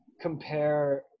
compare